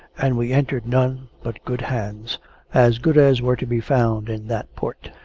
and we entered none but good hands as good as were to be found in that port.